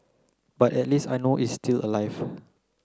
but at least I know is still alive